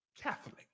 Catholic